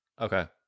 okay